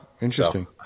interesting